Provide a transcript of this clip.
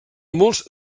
molts